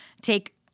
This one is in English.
take